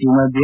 ಈ ಮಧ್ಯೆ